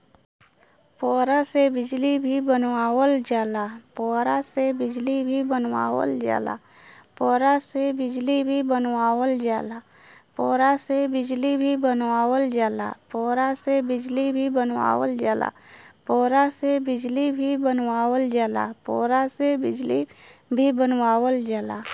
पुवरा से बिजली भी बनावल जाला